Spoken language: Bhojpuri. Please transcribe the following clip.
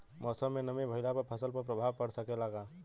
मौसम में नमी भइला पर फसल पर प्रभाव पड़ सकेला का?